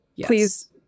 Please